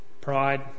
pride